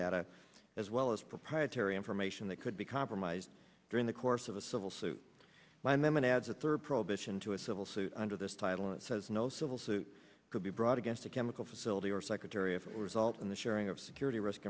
data as well as proprietary information that could be compromised during the course of a civil suit by man adds a third prohibition to a civil suit under this title it says no civil suit could be brought against a chemical facility or secretary of result in the sharing of security risk